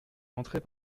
rentré